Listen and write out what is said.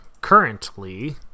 currently